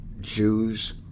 Jews